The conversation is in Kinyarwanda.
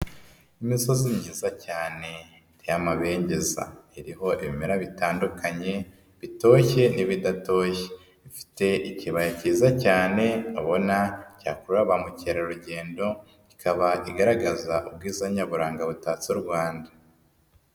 Imisozi myiza cyane iteye amabengeza iriho ibimera bitandukanye bitoshye n'ibidatoshye, ifite ikibaya cyiza cyane ubona cyakurura ba mukerarugendo ikaba igaragaza ubwiza nyaburanga butatse u Rwanda.